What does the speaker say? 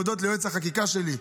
להודות ליועץ החקיקה שלי,